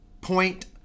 Point